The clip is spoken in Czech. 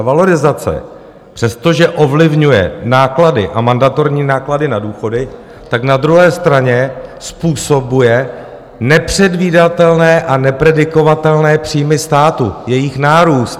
Valorizace, přestože ovlivňuje náklady a mandatorní náklady na důchody, na druhé straně způsobuje nepředvídatelné a nepredikovatelné příjmy státu, jejich nárůst.